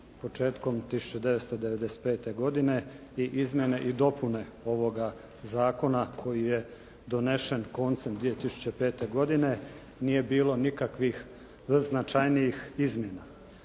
početkom 1995. godine i izmjene i dopune ovoga zakona koji je donesen koncem 2005. godine nije bilo nikakvih značajnijih izmjena.